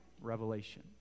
Revelation